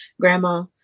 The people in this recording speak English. grandma